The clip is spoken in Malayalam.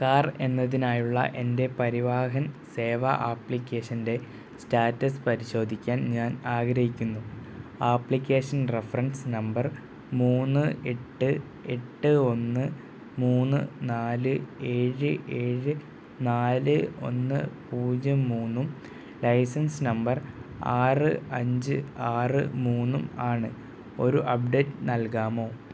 കാർ എന്നതിനായുള്ള എൻറ്റെ പരിവാഹൻ സേവാ ആപ്ലിക്കേഷൻറ്റെ സ്റ്റാറ്റസ് പരിശോധിക്കാൻ ഞാൻ ആഗ്രഹിക്കുന്നു ആപ്ലിക്കേഷൻ റഫ്രൻസ് നമ്പർ മൂന്ന് എട്ട് എട്ട് ഒന്ന് മൂന്ന് നാല് ഏഴ് ഏഴ് നാല് ഒന്ന് പൂജ്യം മൂന്നും ലൈസൻസ് നമ്പർ ആറ് അഞ്ച് ആറ് മൂന്നും ആണ് ഒരു അപ്ഡേറ്റ് നൽകാമോ